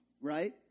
right